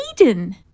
Eden